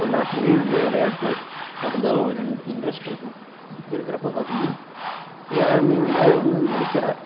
எல்லாத்துக்குமே வந்து விளையாட்டு ஒரு இன் இன்ட்ரஸ்ட் இருக்கும் இருக்கிறப்ப பார்த்தீங்கனா யாருமே வந்து அதை வந்து மதிக்கல